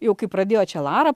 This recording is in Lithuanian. jau kai pradėjo čia lara